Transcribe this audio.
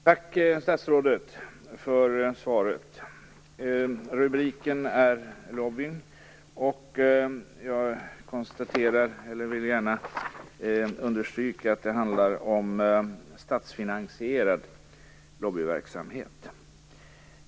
Fru talman! Tack för svaret, statsrådet. Rubriken är lobbyverksamhet, och jag vill gärna understryka att det handlar om statsfinansierad lobbyverksamhet.